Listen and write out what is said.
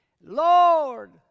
Lord